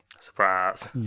surprise